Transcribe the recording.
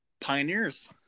Pioneers